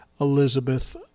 Elizabeth